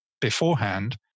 beforehand